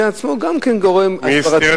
זה עצמו גם גורם הסברתי,